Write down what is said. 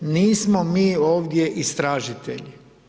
Nismo mi ovdje istražitelji.